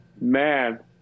man